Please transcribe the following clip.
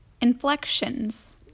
inflections